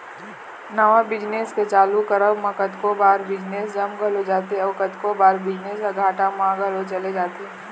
नवा बिजनेस के चालू करब म कतको बार बिजनेस जम घलोक जाथे अउ कतको बार बिजनेस ह घाटा म घलोक चले जाथे